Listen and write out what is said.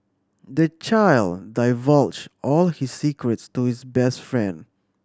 the child divulged all his secrets to his best friend